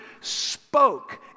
spoke